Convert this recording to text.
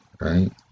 right